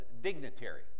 dignitary